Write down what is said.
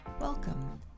welcome